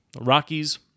Rockies